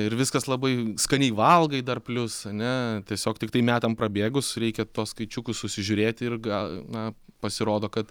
ir viskas labai skaniai valgai dar plius ane tiesiog tiktai metam prabėgus reikia tuos skaičiukus susižiūrėti ir ga na pasirodo kad